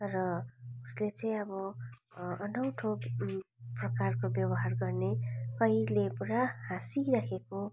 र उसले चाहिँ अब अनौठो प्रकारको व्यवहार गर्ने कहिले पुरा हाँसिरहेको